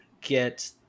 get